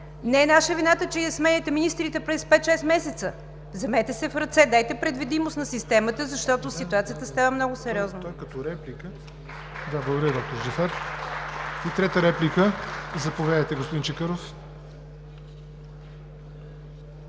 Не е наша вината, че сменяте министрите през 5 – 6 месеца. Вземете се в ръце! Дайте предвидимост на системата, защото ситуацията става много сериозна.